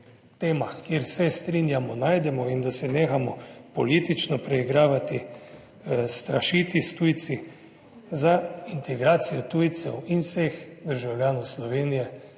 kjer se strinjamo najdemo in da se nehamo politično preigravati, strašiti s tujci. Za integracijo tujcev in vseh državljanov Slovenije